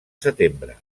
setembre